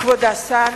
כבוד השר,